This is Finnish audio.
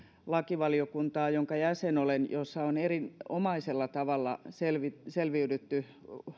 lakivaliokuntaa jonka jäsen olen jossa on erinomaisella tavalla selviydytty selviydytty